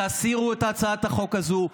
תסירו את הצעת החוק הזאת,